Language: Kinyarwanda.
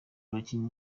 abakinnyi